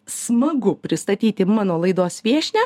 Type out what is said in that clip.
smagu pristatyti mano laidos viešnią